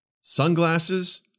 Sunglasses